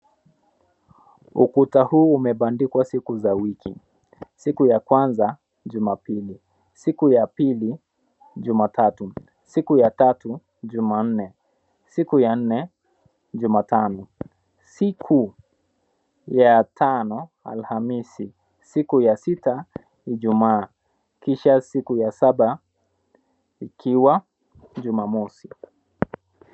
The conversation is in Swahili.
Ukuta huu umebandikwa siku za wiki: Siku ya kwanza, Jumapili. Siku ya pili, Jumatatu. Siku ya tatu, Jumanne. Siku ya nne, Jumatano. Siku ya tano, Alhamisi. Siku ya sita Ijumaa, kisha siku ya saba ikiwa Jumamosi.